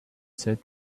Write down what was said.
said